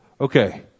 okay